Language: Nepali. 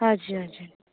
हजुर हजुर